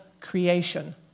creation